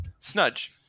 Snudge